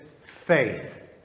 faith